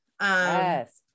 Yes